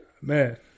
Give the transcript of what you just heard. Man